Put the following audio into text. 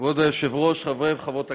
כבוד היושבת-ראש, חברי וחברות הכנסת,